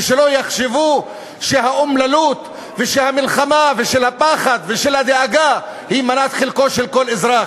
ולא יחשבו שהאומללות והמלחמה והפחד והדאגה הם מנת חלקו של כל אזרח.